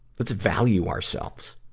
let's value ourselves,